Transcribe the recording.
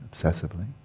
obsessively